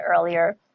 earlier